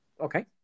okay